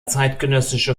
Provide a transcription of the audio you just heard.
zeitgenössische